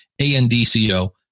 A-N-D-C-O